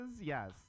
Yes